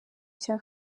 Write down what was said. cya